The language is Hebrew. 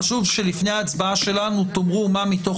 חשוב שלפני ההצבעה שלנו תאמרו מה מתוך